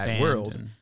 world